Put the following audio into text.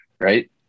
Right